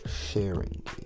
sharing